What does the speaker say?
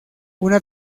una